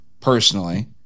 personally